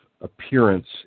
appearance